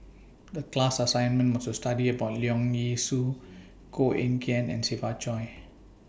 The class assignment was to study about Leong Yee Soo Koh Eng Kian and Siva Choy